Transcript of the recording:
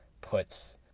puts